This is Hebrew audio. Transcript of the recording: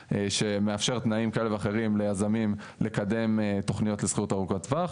שמאפשר תנאים כאלה ואחרים ליזמים לקדם תוכניות לשכירות ארוכות טווח.